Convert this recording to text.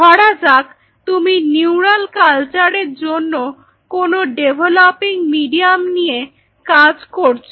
ধরা যাক তুমি নিউরাল কালচারের জন্য কোনো ডেভলপিং মিডিয়াম নিয়ে কাজ করছ